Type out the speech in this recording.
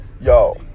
yo